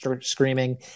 screaming